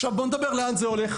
עכשיו בואו נדבר על לאן זה הולך".